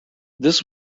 this